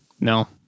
no